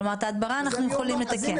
כלומר, את ההדברה אנחנו יכולים לתקן.